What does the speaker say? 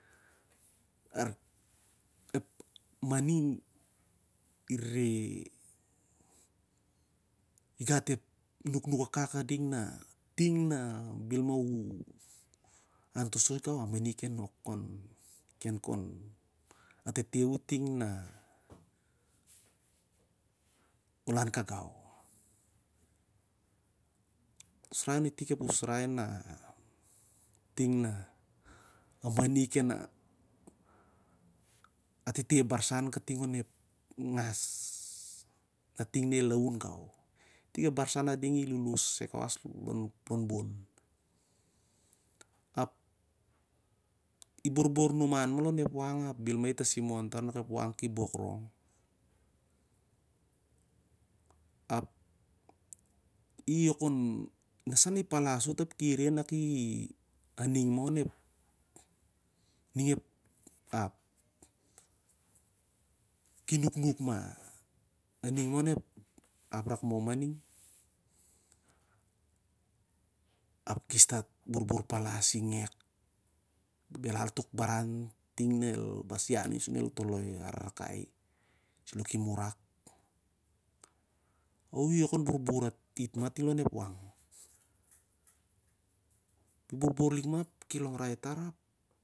Ep mani i rere gat ep nuknuk akak na ding na ting na bel ma u inan toltol gau a mani i ken kon atete u ting nol ianau kagau. Usrai on i tik ep usai na ting na a mani ken kon atete ep barsaan kaitng on ep ngas na kaitng nel laun gau, i ep barsan a ding i loloe sai kawas lonbon ap i borbor numan ma lon ep wok ap bel ma i tasimon tar kauak ep wak ki bok rong ap i wok kon na sa i palas ot ap i ok kon re nak a ning ma on ning ep ap ki stat kon borbor palas i ngek belas tok barau ting nel mas iani suna el toloi rarakai i suna ki murak o i ok kon bor bor it ting lon ep wok i borbor lik ma ap ki long rai tar ap.